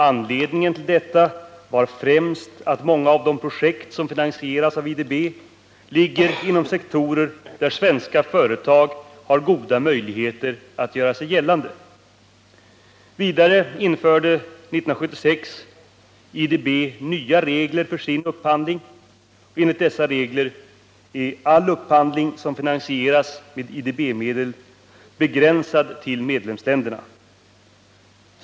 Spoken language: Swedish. Anledningen till detta var främst att många av de projekt som finansieras av IDB ligger inom sektorer där svenska företag har goda möjligheter att göra sig gällande. Vidare införde IDB 1976 nya regler för sin upphandling. Enligt dessa regler är all upphandling som finansieras med IDB-medel begränsad till medlemsländerna.